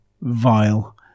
vile